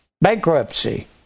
Bankruptcy